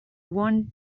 one